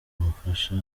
umufasha